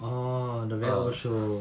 oh the show